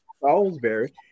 Salisbury